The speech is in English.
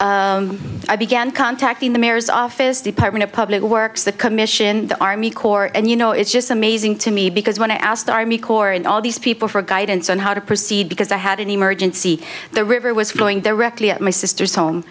property i began contacting the mayor's office department of public works the commission in the army corps and you know it's just amazing to me because when i asked the army corps and all these people for guidance on how to proceed because i had an emergency the river was flowing the rectory at my sister's home